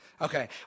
Okay